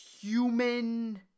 human